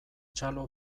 txalo